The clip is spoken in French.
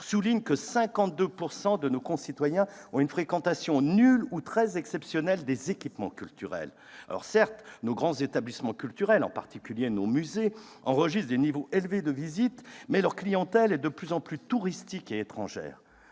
ans, souligne que 52 % de nos concitoyens ont une fréquentation nulle ou très exceptionnelle des équipements culturels. Certes, nos grands établissements culturels- en particulier les musées -enregistrent des niveaux élevés de fréquentation, mais leur clientèle est de plus en plus touristique et étrangère.